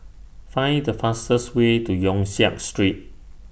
Find The fastest Way to Yong Siak Street